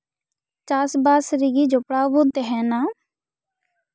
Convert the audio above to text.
ᱪᱟᱥᱵᱟᱥ ᱨᱮᱜᱤ ᱡᱚᱯᱲᱟᱣ ᱵᱚᱱ ᱛᱮᱦᱮᱸᱱᱟ